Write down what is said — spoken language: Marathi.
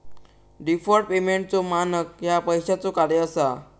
डिफर्ड पेमेंटचो मानक ह्या पैशाचो कार्य असा